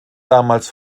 damals